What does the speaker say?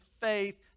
faith